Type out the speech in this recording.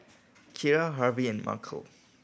Kira Harvie and Markell